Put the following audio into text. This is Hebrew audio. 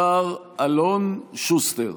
השר אלון שוסטר.